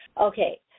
okay